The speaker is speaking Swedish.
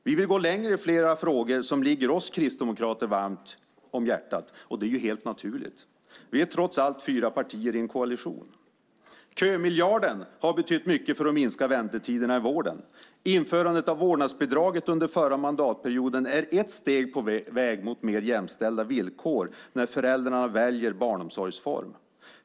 Vi vill gå längre i flera frågor som ligger oss kristdemokrater varmt om hjärtat, och det är ju helt naturligt. Vi är ju trots allt fyra partier i en koalition. Kömiljarden har betytt mycket för att minska väntetiderna i vården. Införandet av vårdnadsbidraget under förra mandatperioden är ett steg på väg mot mer jämställda villkor när föräldrarna väljer barnomsorgsform.